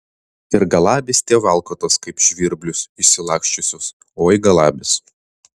ir galabys tie valkatos kaip žvirblius išsilaksčiusius oi galabys